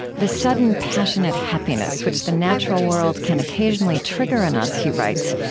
the sudden passionate happiness which the natural world can occasionally trigger in us, he writes,